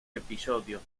episodios